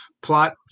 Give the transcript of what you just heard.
plot